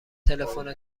تلفن